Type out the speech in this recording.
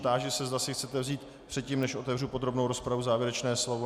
Táži se, zda si chcete vzít předtím, než otevřu podrobnou rozpravu, závěrečné slovo.